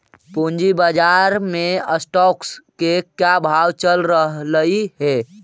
पूंजी बाजार में स्टॉक्स के क्या भाव चल रहलई हे